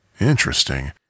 Interesting